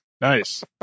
Nice